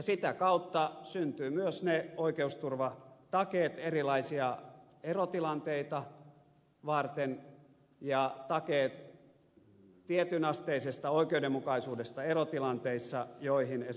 sitä kautta syntyvät myös ne oikeusturvatakeet erilaisia erotilanteita varten ja takeet tietyn asteisesta oikeudenmukaisuudesta erotilanteissa joihin esimerkiksi ed